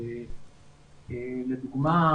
לדוגמא,